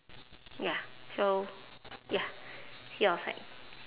ya so ya see you outside